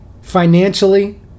financially